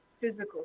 physical